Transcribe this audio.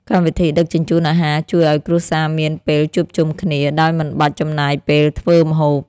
កម្មវិធីដឹកជញ្ជូនអាហារជួយឱ្យគ្រួសារមានពេលជួបជុំគ្នា ដោយមិនបាច់ចំណាយពេលធ្វើម្ហូប។